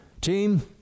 Team